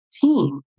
team